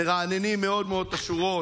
מרעננים מאוד מאוד את השורות.